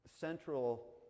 central